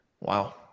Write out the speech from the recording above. Wow